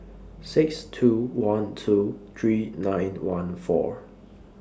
six two one two three nine one four